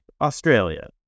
Australia